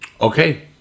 Okay